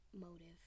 motive